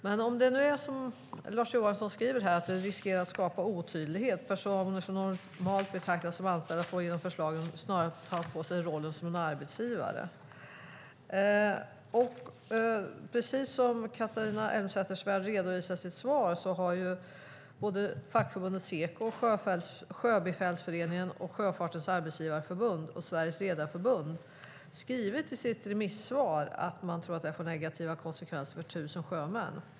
Men om det nu är som Lars Johansson skriver här, att det riskerar att skapa otydlighet, "personer som normalt betraktas som anställda får genom förslagen snarare ta på sig rollen som arbetsgivare". Precis som Catharina Elmsäter-Svärd redovisar i sitt svar har fackförbundet Seko, Sjöbefälsföreningen, Sjöfartens Arbetsgivareförbund och Sveriges Redareförening skrivit i sitt remissvar att man tror att det här får negativa konsekvenser för tusen sjömän.